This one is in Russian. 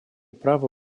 права